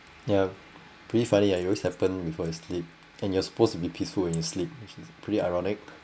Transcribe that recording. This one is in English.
yeah pretty funny I always happen before I sleep and you're supposed to be peaceful in your sleep which is pretty ironic